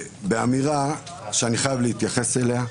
באמירה שאני חייב להתייחס אליה.